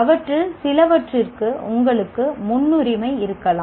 அவற்றில் சிலவற்றிற்கு உங்களுக்கு முன்னுரிமை இருக்கலாம்